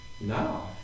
No